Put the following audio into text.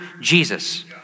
Jesus